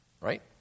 Right